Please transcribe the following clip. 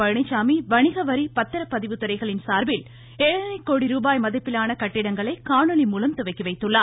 பழனிச்சாமி வணிக வரி பத்திரப்பதிவு துறைகளின் சார்பில் ஏழரை கோடி ருபாய் மதிப்பிலான கட்டிடங்களை காணொலி மூலம் துவக்கிவைத்துள்ளார்